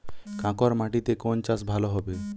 কাঁকর মাটিতে কোন চাষ ভালো হবে?